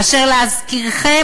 אשר להזכירכם,